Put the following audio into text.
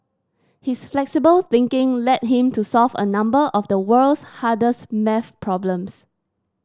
his flexible thinking led him to solve a number of the world's hardest maths problems